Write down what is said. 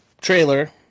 trailer